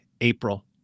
April